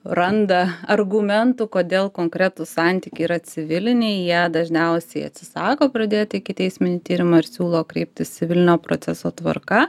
randa argumentų kodėl konkretūs santykiai yra civiliniai jie dažniausiai atsisako pradėti ikiteisminį tyrimą ir siūlo kreiptis civilinio proceso tvarka